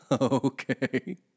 Okay